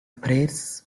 prayers